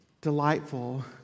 delightful